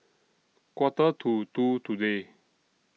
Quarter to two today